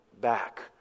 back